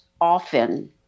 often